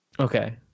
Okay